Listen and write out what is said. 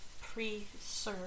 preserve